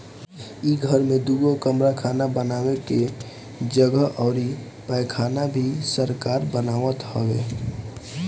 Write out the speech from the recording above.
इ घर में दुगो कमरा खाना बानवे के जगह अउरी पैखाना भी सरकार बनवावत हवे